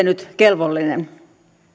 nyt kelvollinen